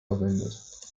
verwendet